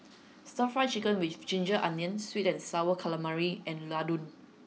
stir fry chicken with ginger onions sweet and sour calamari and laddu